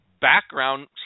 background